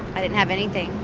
i didn't have anything,